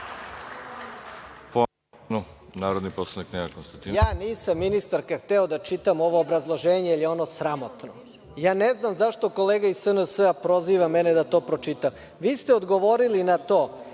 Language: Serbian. po amandmanu. **Nenad Konstantinović** Ja nisam ministarka hteo da čitam ovo obrazloženje, jer je ono sramotno. Ja ne znam zašto kolega iz SNS proziva mene da to pročitam. Vi ste odgovorili na to